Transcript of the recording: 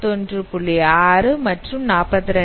6 மற்றும் 42